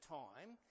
time